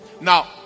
Now